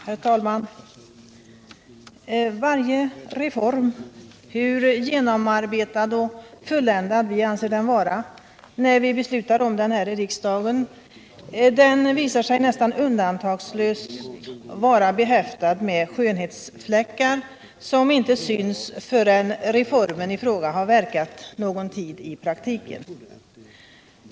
Herr talman! Varje reform, hur genomarbetad och fulländad vi än anser den vara när vi beslutar om den här i riksdagen, visar sig nästan undantagslöst vara behäftad med skönhetsfläckar som inte syns förrän reformen i fråga har verkat någon tid i praktiken.